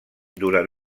durant